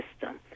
system